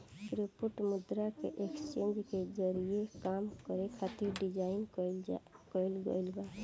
crypto मुद्रा के exchange के जरिए काम करे खातिर डिजाइन कईल गईल बा